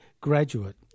graduate